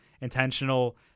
intentional